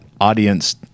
audience